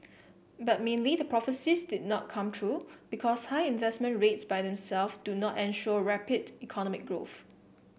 but mainly the prophecies did not come true because high investment rates by them self do not ensure rapid economic growth